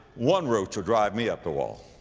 one roach would drive me up the wall.